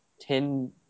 ten